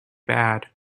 bad